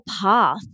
path